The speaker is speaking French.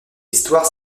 histoire